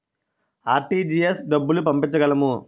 RTGS డబ్బులు పంపించగలము?